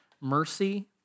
mercy